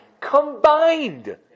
combined